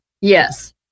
Yes